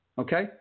Okay